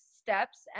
steps